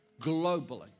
globally